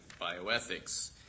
Bioethics